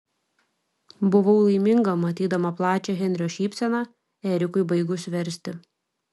buvau laiminga matydama plačią henrio šypseną erikui baigus versti